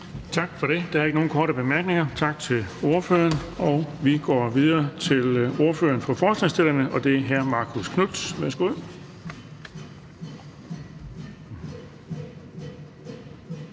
Tak for det. Der er ikke nogen korte bemærkninger. Tak til ordføreren. Og vi går videre til ordføreren for forslagsstillerne, og det er hr. Marcus Knuth. Værsgo.